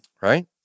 Right